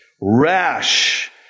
rash